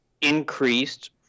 increased